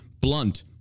Blunt